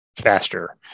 faster